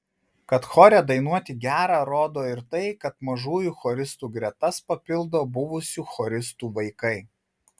kad chore dainuoti gera rodo ir tai kad mažųjų choristų gretas papildo buvusių choristų vaikai